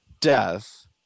death